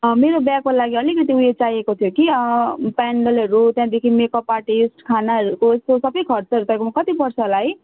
मेरो बिहाको लागि अलकति उयो चाहिएको थियो कि पेन्डलहरू त्यहाँदेखि मेक अप आर्टिस्ट खानाहरूको यसको सबै खर्चहरू तपाईँकोमा कति पर्छ होला है